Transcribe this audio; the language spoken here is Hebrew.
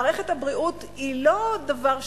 מערכת הבריאות היא לא דבר שולי,